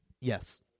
Yes